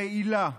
רעילה.